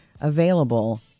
available